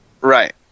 Right